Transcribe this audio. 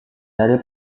dari